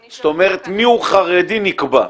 היא נשארת --- זאת אומרת מיהו חרדי נקבע.